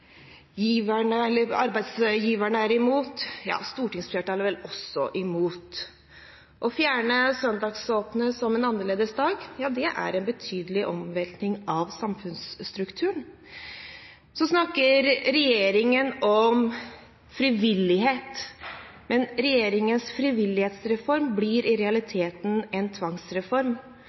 arbeidsgiverne er imot – ja, stortingsflertallet er vel også imot. Å fjerne søndagen som en annerledes dag er en betydelig omveltning av samfunnsstrukturen. Så snakker regjeringen om frivillighet. Men regjeringens frivillighetsreform blir i